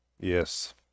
Yes